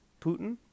Putin